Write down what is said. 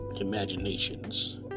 imaginations